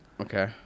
Okay